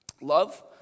love